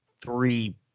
three